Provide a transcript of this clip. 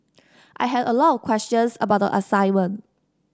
I had a lot of questions about the assignment